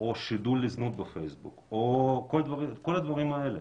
או שידול לזנות בפייסבוק, כל הדברים האלה,